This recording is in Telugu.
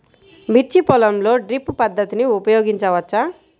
మిర్చి పొలంలో డ్రిప్ పద్ధతిని ఉపయోగించవచ్చా?